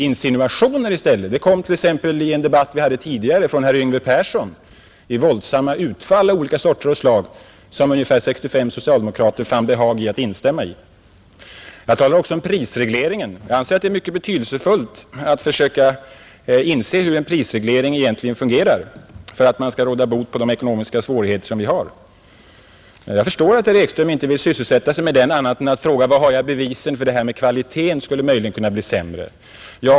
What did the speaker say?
Insinuationer däremot kom t.ex. i en debatt vi hade tidigare från herr Yngve Persson i våldsamma utfall av olika sorter, som ungefär 65 socialdemokrater fann behag i att instämma 1 Jag talade också om prisregleringen. Jag anser att det är mycket betydelsefullt att försöka inse hur en prisreglering egentligen fungerar för att vi skall kunna råda bot på de ekonomiska svårigheter som vi har. Men jag förstår att herr Ekström inte vill sysselsätta sig med den annat än genom att fråga vad jag har bevis för att kvaliteten i produkterna möjligen skulle kunna bli sämre.